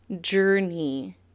journey